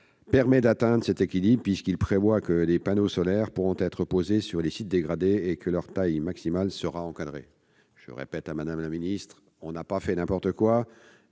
permet d'atteindre cet équilibre puisqu'il prévoit que des panneaux solaires pourront être posés sur les sites dégradés et que leur taille maximale sera encadrée. Je le répète à l'attention de Mme la ministre : nous n'avons pas fait n'importe quoi